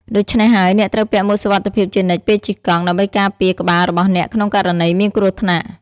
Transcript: ដូច្នេះហើយ អ្នកត្រូវពាក់មួកសុវត្ថិភាពជានិច្ចពេលជិះកង់ ដើម្បីការពារក្បាលរបស់អ្នកក្នុងករណីមានគ្រោះថ្នាក់។